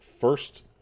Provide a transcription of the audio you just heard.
first